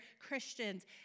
Christians